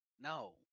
No